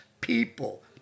People